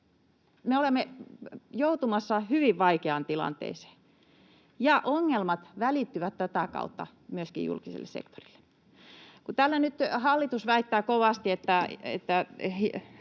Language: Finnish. olemme joutumassa hyvin vaikeaan tilanteeseen, ja ongelmat välittyvät tätä kautta myöskin julkiselle sektorille. Kun täällä nyt hallitus väittää kovasti, että